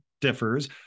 differs